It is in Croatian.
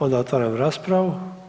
Onda otvaram raspravu.